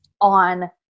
on